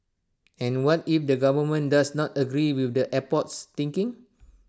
and what if the government does not agree with the airport's thinking